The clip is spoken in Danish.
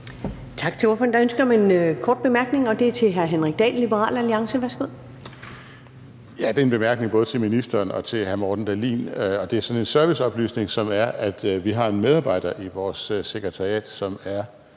Tak til ordføreren. Der er ønske om en kort bemærkning, og det er fra hr. Henrik Dahl, Liberal Alliance. Værsgo. Kl. 14:10 Henrik Dahl (LA): Ja, det er en bemærkning både til ministeren og til hr. Morten Dahlin. Det er sådan en serviceoplysning, som er, at vi har en medarbejder i vores sekretariat, som er